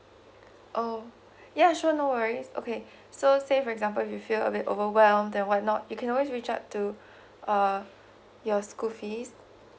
oh ya sure no worries okay so say for example if you feel a bit overwhelmed or what not you can always reach out to uh your school fees